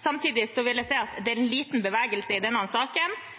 Samtidig vil jeg si at det er en liten bevegelse i denne saken.